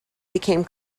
became